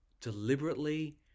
deliberately